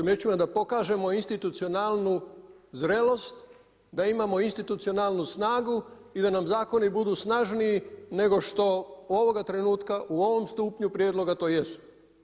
To je smisao. … da pokažemo institucionalnu zrelost da imamo institucionalnu snagu i da nam zakoni budu snažniji nego što ovoga trenutka u ovom stupnju prijedloga to jesu.